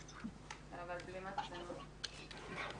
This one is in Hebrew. הארצית.